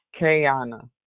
Kayana